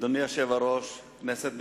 אדוני היושב-ראש, כנסת נכבדה,